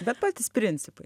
bet patys principai